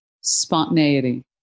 spontaneity